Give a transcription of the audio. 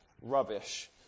rubbish